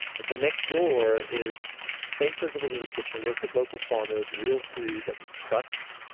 and so next door is same principles of the kitchen, work with local farmers, real food that we trust.